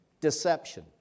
Deception